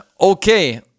Okay